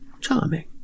Charming